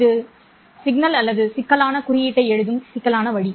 இது சமிக்ஞை அல்லது சிக்கலான குறியீட்டை எழுதும் சிக்கலான வழி